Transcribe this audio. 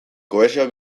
kohesio